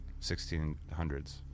1600s